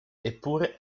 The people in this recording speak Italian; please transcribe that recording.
eppure